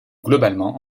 globalement